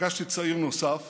פגשתי צעיר נוסף